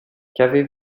qu’avez